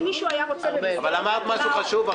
אם מישהו היה רוצה --- אבל אמרת משהו חשוב,